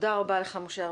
תודה רבה לך, משה ארבל.